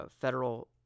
federal